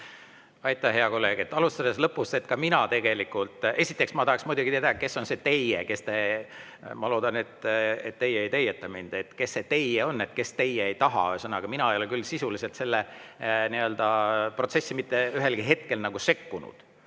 Aitäh, hea kolleeg! Alustades lõpust: ka mina tegelikult … Esiteks, ma tahaks muidugi teada, kes on see "teie". Ma loodan, et teie ei teieta mind. Kes see "teie" on, kes ei taha? Ühesõnaga, mina ei ole küll sisuliselt sellesse protsessi mitte ühelgi hetkel sekkunud.